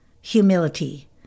humility